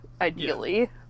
ideally